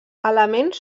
elements